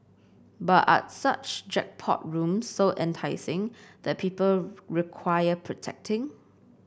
but are such jackpot rooms so enticing that people require protecting